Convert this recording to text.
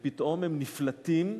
ופתאום הם נפלטים,